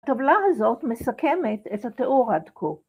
‫הטבלה הזאת מסכמת את התיאור עד כה.